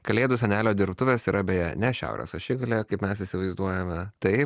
kalėdų senelio dirbtuvės yra beje ne šiaurės ašigalyje kaip mes įsivaizduojame tai